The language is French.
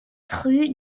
rue